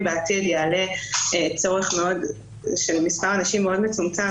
בעתיד יעלה צורך של מספר אנשים מאוד מצומצם,